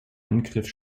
angriff